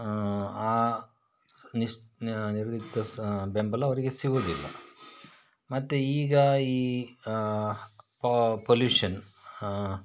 ಆ ನಿಶ್ ನಿರ್ದಿಗ್ತ ಸ್ ಬೆಂಬಲ ಅವರಿಗೆ ಸಿಗೋದಿಲ್ಲ ಮತ್ತು ಈಗ ಈ ಪೊಲ್ಯೂಷನ್